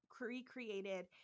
recreated